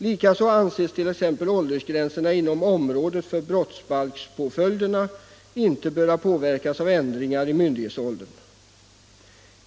Likaså anses t.ex. åldersgränserna inom området för brottsbalkspåföljderna inte böra påverkas av ändringar i myndighetsåldern.